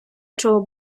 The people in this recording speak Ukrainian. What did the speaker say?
чого